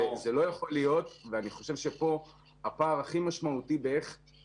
זה לא יכול להיות ואני חושב שכאן הפער הכי משמעותי בביקורת